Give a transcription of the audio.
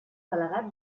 delegat